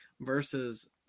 versus